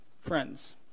Friends